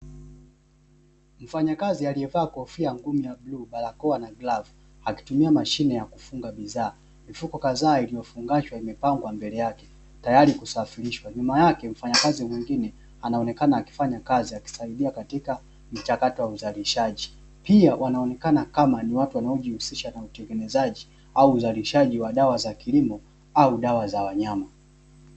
Mfanyakazi aliyevaa kofia ngumu ya bluu, barakoa na glovu akitumia mashine ya kufunga bidhaa, mifuko kadhaa iliyofungashwa imepangwa mbele yake tayari kusafirishwa nyuma yake mfanyakazi mwengine anaonekana akifanya kazi akisaidia katika mchakato wa uzalishaji, pia wanaonekana kama ni watu wanaojihusisha na utengenezaji au uzalishaji wa dawa za kilimo au dawa za wanyama.